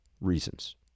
reasons